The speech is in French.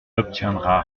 obtiendra